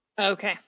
okay